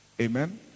Amen